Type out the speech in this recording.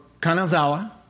Kanazawa